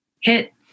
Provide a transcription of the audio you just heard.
hit